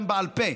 גם בעל פה.